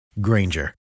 Granger